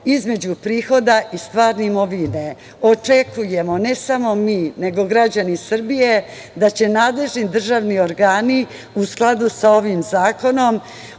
između prihoda i stvarne imovine. Očekujemo ne samo mi, nego i građani Srbije, da će nadležni državni organi, u skladu sa ovim zakonom,